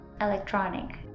electronic